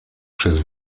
przez